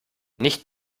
nicht